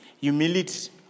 humility